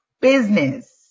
Business